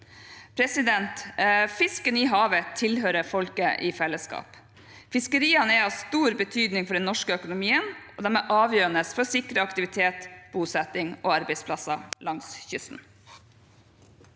Fisken i havet tilhører folket i fellesskap. Fiskeriene er av stor betydning for den norske økonomien og avgjørende for å sikre aktivitet, bosetting og arbeidsplasser langs kysten.